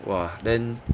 !wah! then